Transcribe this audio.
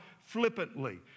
flippantly